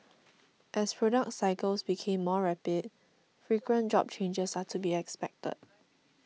as product cycles became more rapid frequent job changes are to be expected